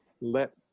let